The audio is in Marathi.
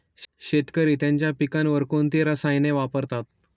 शेतकरी त्यांच्या पिकांवर कोणती रसायने वापरतात?